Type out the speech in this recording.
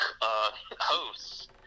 hosts